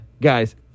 guys